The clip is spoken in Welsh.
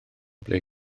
ble